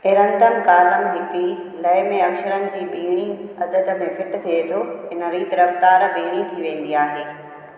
इरंदम column हिक ई लय में अक्षरनि जी ॿीणी अदद में फिट थिए थो हिन रीत रफ़्तार ॿीणी थी वेंदी आहे